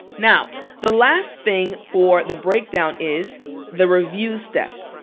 now the last thing for the breakdown is the review step.